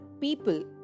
people